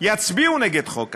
יצביעו נגד חוק כזה.